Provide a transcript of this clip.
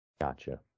Gotcha